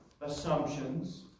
assumptions